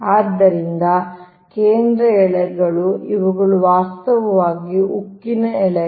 ಆದ್ದರಿಂದ ಕೇಂದ್ರ ಎಳೆಗಳು ಇವುಗಳು ವಾಸ್ತವವಾಗಿ ಉಕ್ಕಿನ ಎಳೆಗಳು